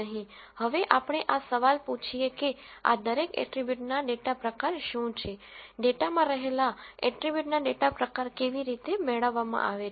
હવે આપણે આ સવાલ પૂછીએ કે આ દરેક એટ્રીબ્યુટના ડેટા પ્રકાર શું છે ડેટામાં રહેલા એટ્રીબ્યુટના ડેટા પ્રકાર કેવી રીતે મેળવવામાં આવે છે